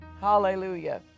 Hallelujah